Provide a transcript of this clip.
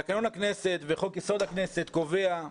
תקנון הכנסת וחוק יסוד: הכנסת קובעים